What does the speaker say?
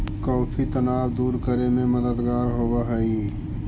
coffee तनाव दूर करे में मददगार होवऽ हई